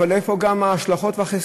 אבל גם איפה ההשלכות והחסרונות.